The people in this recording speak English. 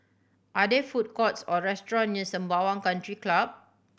are there food courts or restaurant near Sembawang Country Club